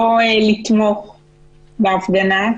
לא לתמוך בהפגנה,